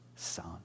son